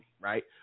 right